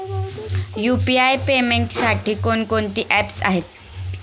UPI पेमेंटसाठी कोणकोणती apps आहेत?